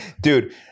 dude